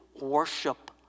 worship